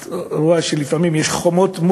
את רואה שלפעמים יש חומות,